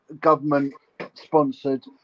government-sponsored